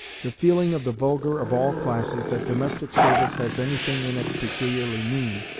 the feeling of the vulgar of all classes, that domestic service has anything in it peculiarly mean,